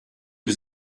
was